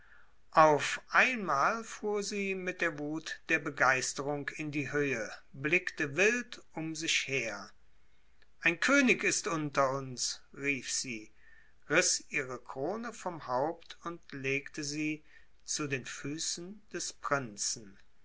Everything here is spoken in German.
auf einmal fuhr sie mit der wut der begeisterung in die höhe blickte wild um sich her ein könig ist unter uns rief sie riß ihre krone vom haupt und legte sie zu den füßen des prinzen